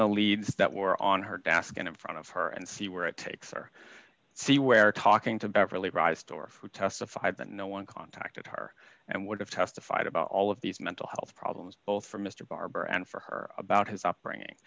the leads that were on her desk in front of her and see where it takes or see where talking to beverly prised or who testified that no one contacted her and would have testified about all of these mental health problems both for mr barbour and for her about his upbringing